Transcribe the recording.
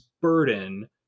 burden